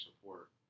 support